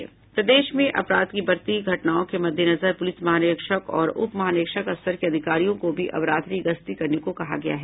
प्रदेश में अपराध की बढ़ती घटनाओं के मददेनजर पुलिस महानिरीक्षक और उप महानिरीक्षक स्तर के अधिकारियों को भी अब रात्रि गश्ती करने को कहा गया है